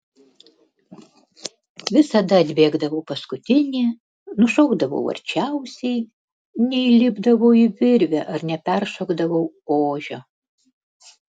visada atbėgdavau paskutinė nušokdavau arčiausiai neįlipdavau į virvę ar neperšokdavau ožio